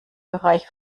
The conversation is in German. bereich